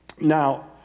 Now